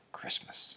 Christmas